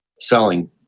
selling